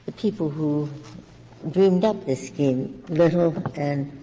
people who dreamed up this scheme, lytle and